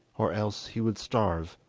or else he would starve.